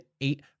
eight